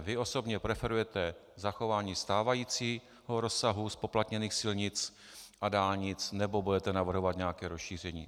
Vy osobně preferujete zachování stávajícího rozsahu zpoplatněných silnic a dálnic, nebo budete navrhovat nějaké rozšíření?